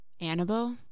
Annabelle